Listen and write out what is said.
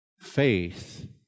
Faith